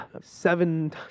seven